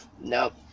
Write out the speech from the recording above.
Nope